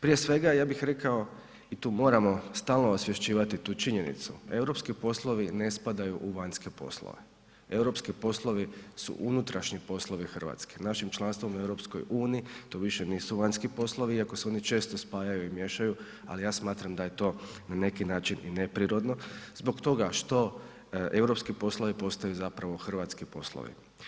Prije svega ja bih rekao i tu moramo stalno osvješćivati tu činjenicu, europski poslovi ne spadaju u vanjske poslove, europski poslovi su unutrašnji poslovi RH, našim članstvom u EU to više nisu vanjski poslovi iako se oni često spajaju i miješaju, al ja smatram da je to na neki način i neprirodno zbog toga što europski poslovi postaju zapravo hrvatski poslovi.